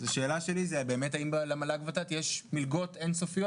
אז השאלה שלי היא האם באמת למל"ג/ות"ת יש מלגות אין-סופיות